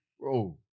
Bro